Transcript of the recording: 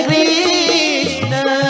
Krishna